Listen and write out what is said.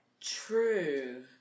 true